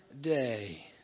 day